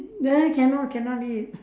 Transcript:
mm then cannot cannot eat